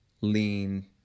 lean